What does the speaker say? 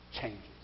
changes